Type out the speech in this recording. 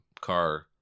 car